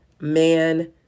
man